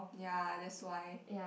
ya that's why